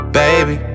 baby